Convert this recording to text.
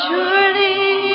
Surely